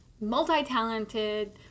multi-talented